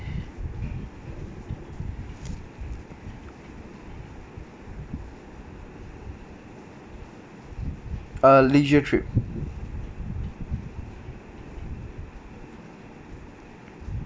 uh leisure trip